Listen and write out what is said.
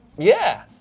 yeah.